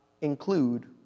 include